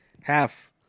half